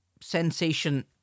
sensation